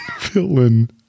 villain